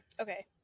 okay